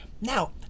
Now